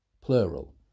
plural